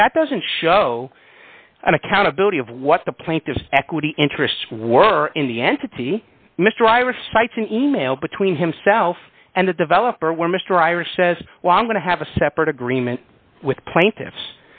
but that doesn't show an accountability of what the plaintiff's equity interests were in the entity mr ira cites an e mail between himself and the developer where mr ira says well i'm going to have a separate agreement with plaintiffs